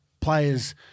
players